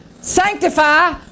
sanctify